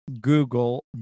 Google